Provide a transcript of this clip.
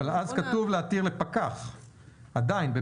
אבל אז כתוב להתיר לפקח, ב-(ב).